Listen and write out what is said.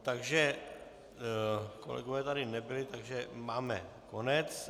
Takže kolegové tady nebyli, takže máme konec.